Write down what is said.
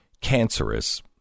cancerous